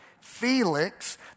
Felix